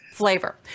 flavor